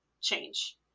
change